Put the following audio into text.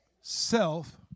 Self